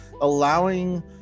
allowing